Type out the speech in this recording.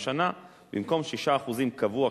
משנה במקום 6% קבוע,